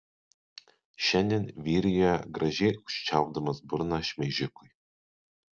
šiandien vyrijoje gražiai užčiaupdamas burną šmeižikui